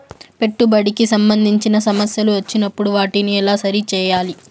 పెట్టుబడికి సంబంధించిన సమస్యలు వచ్చినప్పుడు వాటిని ఎలా సరి చేయాలి?